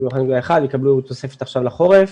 הם קיבלו תוספת עכשיו לחורף.